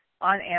on